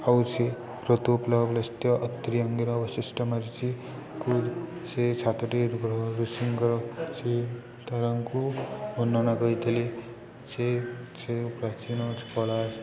ଆଉ ସେ ଅତ୍ରି ଅଙ୍ଗୀର ବୈଶିଷ୍ଟ୍ୟ ମରିଚିକୁ ସେ ସାତଟି ଗ୍ରହ ରୃଷିଙ୍କର ସେ ତାରାଙ୍କୁ ବର୍ଣ୍ଣନା କରିଥିଲେ ସେ ସେ ପ୍ରାଚୀନ କଳା